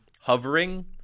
hovering